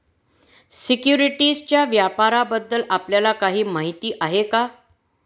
सिक्युरिटीजच्या व्यापाराबद्दल आपल्याला काही माहिती आहे का?